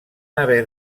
haver